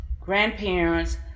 grandparents